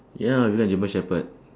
ya you like german shepherd